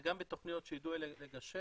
זה גם בתכניות שידעו לגשר.